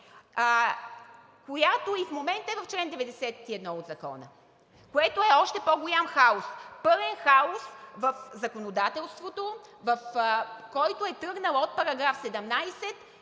която и в момента е в чл. 91 от Закона, което е още по-голям хаос. Пълен хаос в законодателството, който е тръгнал от § 17